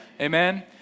Amen